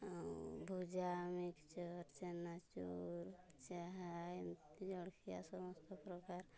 ଆଉ ଭୁଜା ମିକ୍ସଚର୍ ଚେନାଚୁର ଚାହା ଏମିତି ଜଳଖିଆ ସମସ୍ତ ପ୍ରକାର